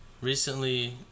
recently